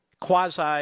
quasi